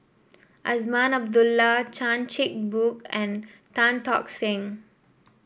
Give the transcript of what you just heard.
Azman Abdullah Chan Chin Bock and Tan Tock Seng